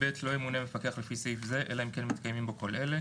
לא ימונה מפקח לפי סעיף זה אלא אם כן מתקיימים בו כל אלה: